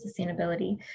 sustainability